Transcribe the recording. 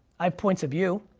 i have points of view,